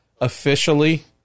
officially